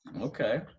Okay